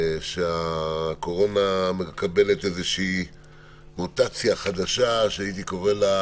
שהקורונה מקבלת מוטציה חדשה, שהייתי קורא לה